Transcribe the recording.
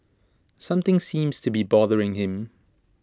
something seems to be bothering him